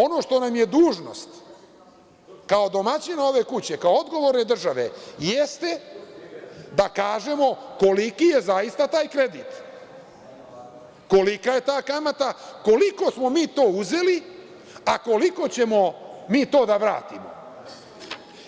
Ono što nam je dužnost kao domaćina ove kuće, kao odgovorne države jeste da kažemo koliki je zaista taj kredit, kolika je ta kamata, koliko smo mi to uzeli, a koliko ćemo to da vratimo